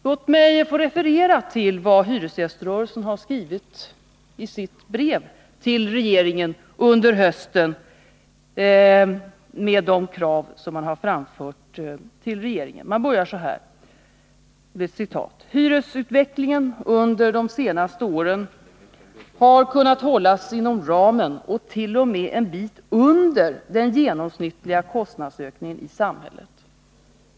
Låt mig få referera till vad hyresgäströrelsen bl.a. skrivit i ett brev till regeringen under hösten, i vilket man har framfört skilda krav. Man börjar så här: ”Hyresutvecklingen under de senaste åren har kunnat hållas inom ramen och t.o.m. en bit under den genomsnittliga kostnadsökningen i samhället.